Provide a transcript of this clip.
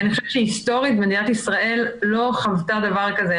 ואני חושבת שהיסטורית מדינת ישראל לא חוותה דבר כזה.